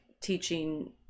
teaching